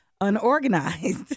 Unorganized